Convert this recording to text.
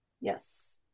Yes